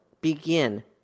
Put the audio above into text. begin